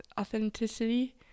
authenticity